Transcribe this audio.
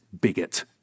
bigot